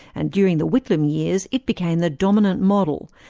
and during the whitlam years it became the dominant model,